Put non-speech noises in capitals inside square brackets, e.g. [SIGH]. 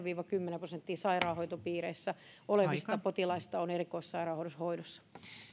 [UNINTELLIGIBLE] viiva kymmenen prosenttia sairaanhoitopiireissä olevista potilaista on erikoissairaanhoidossa hoidossa